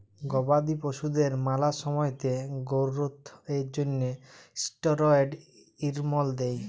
গবাদি পশুদের ম্যালা সময়তে গোরোথ এর জ্যনহে ষ্টিরেড হরমল দেই